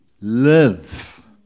live